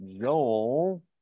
Joel